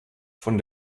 von